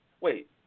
wait